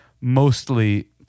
mostly